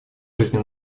жизни